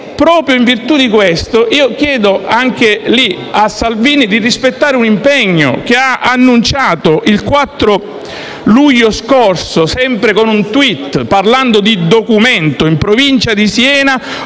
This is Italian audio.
proprio in virtù di ciò, chiedo anche a Salvini di rispettare l'impegno che ha annunciato il 4 luglio scorso, sempre con un *tweet*, parlando di un documento: «In Provincia di Siena